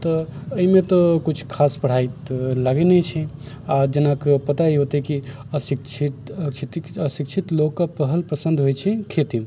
तऽ एहिमे तऽ किछु खास पढ़ाइ तऽ लागै नहि छै आओर जेनाकि पता हैत कि अशिक्षित अशिक्षित लोकके पहिल पसन्द होइ छै खेती